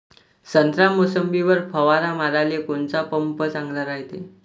संत्रा, मोसंबीवर फवारा माराले कोनचा पंप चांगला रायते?